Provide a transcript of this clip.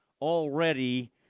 already